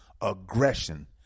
Aggression